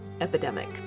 epidemic